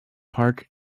park